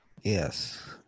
Yes